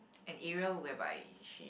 an area whereby she